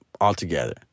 altogether